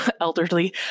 elderly